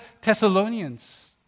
Thessalonians